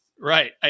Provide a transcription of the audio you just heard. Right